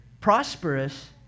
prosperous